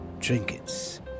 trinkets